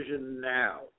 now